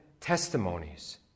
testimonies